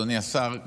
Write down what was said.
אדוני השר,